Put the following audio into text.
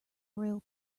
royal